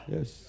Yes